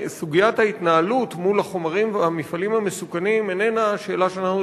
סוגיית ההתנהלות מול החומרים והמפעלים המסוכנים איננה שאלה שאנחנו